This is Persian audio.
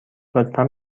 لطفا